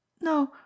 No